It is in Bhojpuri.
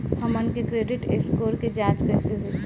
हमन के क्रेडिट स्कोर के जांच कैसे होइ?